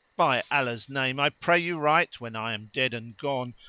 by allah's name i pray you write, when i am dead and gone,